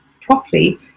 properly